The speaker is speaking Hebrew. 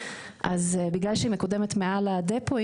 אז בגלל שהיא מקודמת מעל הדפו,